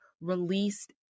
released